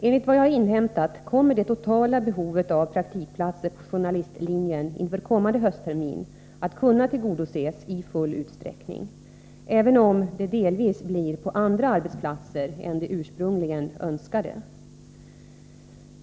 Enligt vad jag har inhämtat kommer det totala behovet av praktikplatser på journalistlinjen inför kommande hösttermin att kunna tillgodoses i full utsträckning, även om det delvis blir på andra arbetsplatser än de ursprungligen önskade.